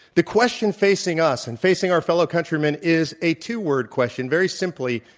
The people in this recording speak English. the question facing us and facing our fellow countrymen is a two-word question, very simply,